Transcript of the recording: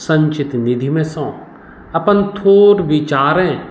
सञ्चित निधिमे सँ अपन थोड़ विचारेँ